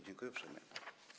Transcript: Dziękuję uprzejmie.